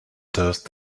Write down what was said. thirst